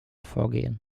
vorgehen